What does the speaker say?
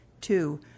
Two